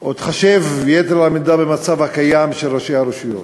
או התחשב יתר על המידה במצב הקיים של ראשי הרשויות.